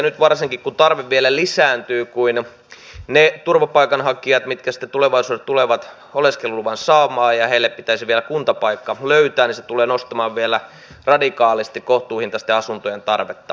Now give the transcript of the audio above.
nyt varsinkin kun tarve vielä lisääntyy kun niille turvapaikanhakijoille jotka sitten tulevaisuudessa tulevat oleskeluluvan saamaan pitäisi vielä kuntapaikka löytää se tulee nostamaan vielä radikaalisti kohtuuhintaisten asuntojen tarvetta